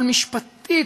אבל משפטית,